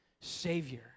Savior